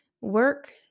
work